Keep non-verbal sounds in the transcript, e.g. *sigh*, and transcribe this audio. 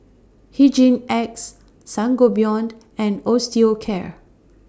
Hygin X Sangobion *noise* and Osteocare